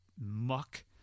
muck